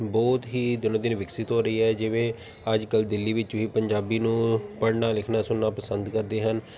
ਬਹੁਤ ਹੀ ਦਿਨੋਂ ਦਿਨ ਵਿਕਸਿਤ ਹੋ ਰਹੀ ਹੈ ਜਿਵੇਂ ਅੱਜ ਕੱਲ੍ਹ ਦਿੱਲੀ ਵਿੱਚ ਵੀ ਪੰਜਾਬੀ ਨੂੰ ਪੜ੍ਹਨਾ ਲਿਖਣਾ ਸੁਣਨਾ ਪਸੰਦ ਕਰਦੇ ਹਨ